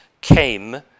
came